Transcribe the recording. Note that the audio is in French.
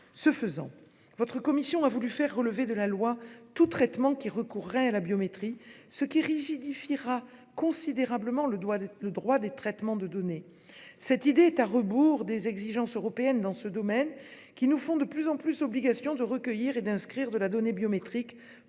Ce faisant, votre commission a voulu que relève de la loi tout traitement recourant à la biométrie, ce qui rigidifiera considérablement le droit des traitements de données. Cette idée est à rebours des exigences européennes dans ce domaine, qui nous font de plus en plus obligation de recueillir et d'inscrire de la donnée biométrique